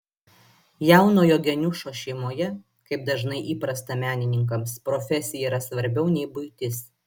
jaunojo geniušo šeimoje kaip dažnai įprasta menininkams profesija yra svarbiau nei buitis